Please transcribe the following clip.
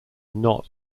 not